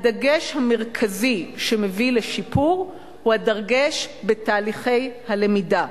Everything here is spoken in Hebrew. הדגש המרכזי שמביא לשיפור הוא הדגש בתהליכי הלמידה.